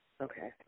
Okay